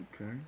okay